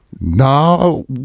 No